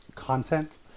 content